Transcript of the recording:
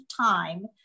time